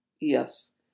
Yes